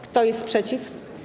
Kto jest przeciw?